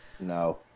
No